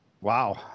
Wow